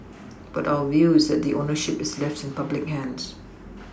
but our view is that the ownership is left in public hands